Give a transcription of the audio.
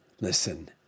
Listen